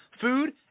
food